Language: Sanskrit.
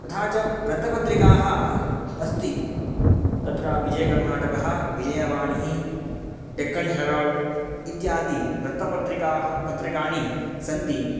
तथा च वृत्तपत्रिकाः अस्ति तत्र विजयकर्नाटकः विजयवाणी डेक्कन् हेराल्ड् इत्यादि वृत्तपत्रिका पत्रिकाणि सन्ति